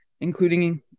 including